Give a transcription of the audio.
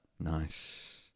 Nice